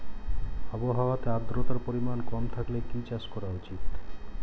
আবহাওয়াতে আদ্রতার পরিমাণ কম থাকলে কি চাষ করা উচিৎ?